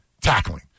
tackling